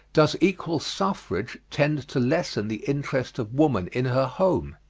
does equal suffrage tend to lessen the interest of woman in her home?